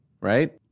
right